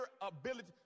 ability